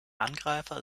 angreifer